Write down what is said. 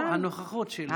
לא, הנוכחות שלו.